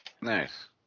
Nice